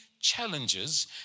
challenges